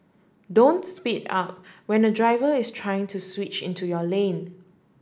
don't speed up when a driver is trying to switch into your lane